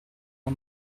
una